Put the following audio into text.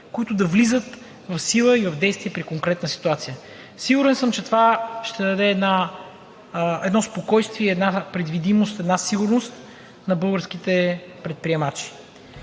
които да влизат в сила и в действие при конкретна ситуация, сигурен съм, че това ще даде едно спокойствие, една предвидимост и една сигурност на българските предприемачи.